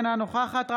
אינה נוכחת היי, מה זה?